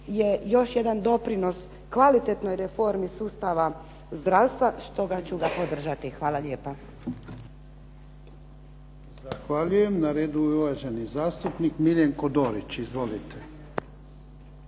je još jedan doprinos kvalitetnoj reformi sustava zdravstva, stoga ću ga podržati. Hvala lijepa. **Jarnjak, Ivan (HDZ)** Zahvaljujem. Na redu je uvaženi zastupnik Miljenko Dorić. Izvolite.